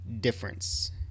difference